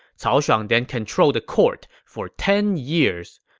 cao shuang then controlled the court for ten years,